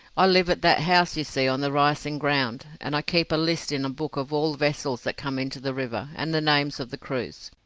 i live at that house you see on the rising ground, and i keep a list in a book of all vessels that come into the river, and the names of the crews.